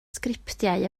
sgriptiau